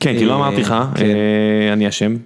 כן, כי לא אמרתי לך, אני אשם.